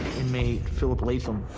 inmate phillip latham,